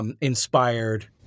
Inspired